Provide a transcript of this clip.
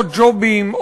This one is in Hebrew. עוד ג'ובים,